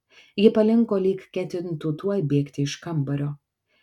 ji palinko lyg ketintų tuoj bėgti iš kambario